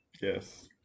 yes